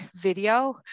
video